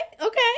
okay